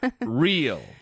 real